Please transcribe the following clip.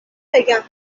بگم